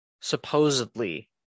supposedly